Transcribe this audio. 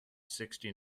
sixty